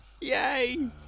Yay